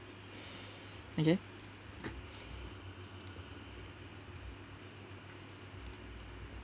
okay